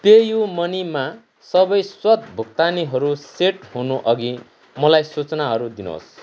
PayU मनीमा सबै स्वत भुक्तानीहरू सेट हुनु अघि मलाई सूचनाहरू दिनुहोस्